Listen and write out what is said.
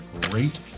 great